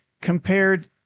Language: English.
compared